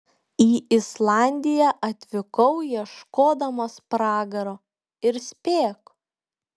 į islandiją atvykau ieškodamas pragaro ir spėk